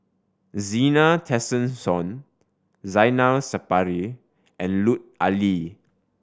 Zena Tessensohn Zainal Sapari and Lut Ali